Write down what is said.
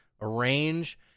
arrange